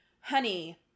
honey